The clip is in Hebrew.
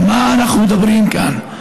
על מה אנחנו מדברים כאן?